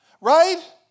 right